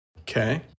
Okay